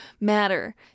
matter